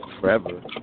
forever